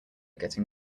getting